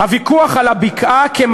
הוויכוח על הבקעה, על